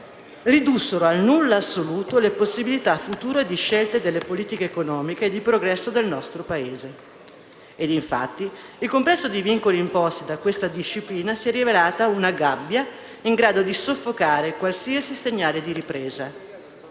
ridussero al nulla assoluto le possibilità future di scelta delle politiche economiche e di progresso del nostro Paese. E infatti, il complesso dei vincoli imposti da questa disciplina si è rivelato una gabbia in grado di soffocare qualsiasi segnale di ripresa.